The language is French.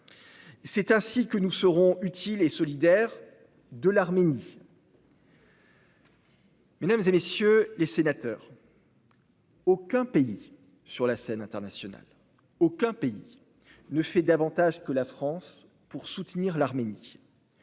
C'est ainsi que nous serons utiles et solidaires de l'Arménie. Mesdames, messieurs les sénateurs, aucun pays, sur la scène internationale, ne fait davantage que la France pour soutenir l'Arménie.